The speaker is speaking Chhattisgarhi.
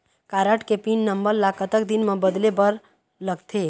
कारड के पिन नंबर ला कतक दिन म बदले बर लगथे?